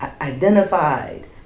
identified